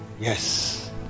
Yes